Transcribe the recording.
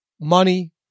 money